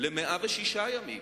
ל-106 ימים.